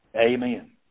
Amen